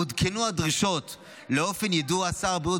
עודכנו הדרישות לאופן יידוע שר הבריאות